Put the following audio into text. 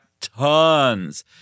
Tons